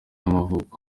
y’amavuko